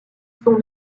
son